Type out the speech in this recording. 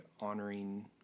honoring